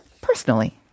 personally